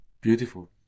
Beautiful